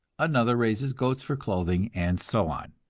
another raises goats for clothing, and so on.